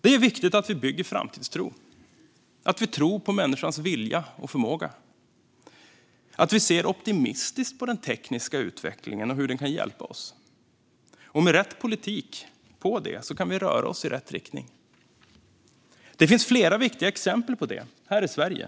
Det är viktigt att vi bygger framtidstro, att vi tror på människans vilja och förmåga och att vi ser optimistiskt på den tekniska utvecklingen och hur den kan hjälpa oss. Med rätt politik på det kan vi röra oss i rätt riktning. Det finns flera viktiga exempel på detta i Sverige.